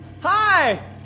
Hi